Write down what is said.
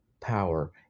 power